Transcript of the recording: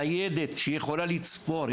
ניידת שיכולה לצפור,